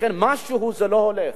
לכן, משהו לא הולך.